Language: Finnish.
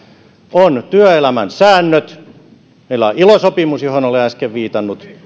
on työelämän säännöt ja meillä on ilo sopimus johon olen äsken viitannut